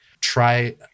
try